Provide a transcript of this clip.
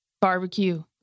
barbecue